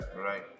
Right